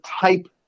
type